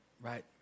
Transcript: right